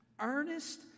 Earnest